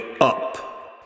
up